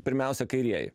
pirmiausia kairieji